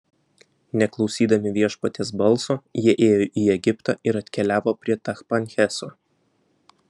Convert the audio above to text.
neklausydami viešpaties balso jie ėjo į egiptą ir atkeliavo prie tachpanheso